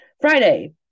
Friday